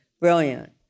Brilliant